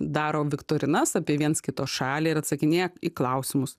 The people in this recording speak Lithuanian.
daro viktorinas apie viens kito šalį ir atsakinėja į klausimus